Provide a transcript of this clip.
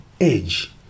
age